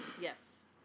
Yes